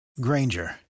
Granger